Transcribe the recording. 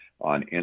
on